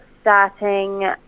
starting